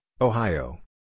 Ohio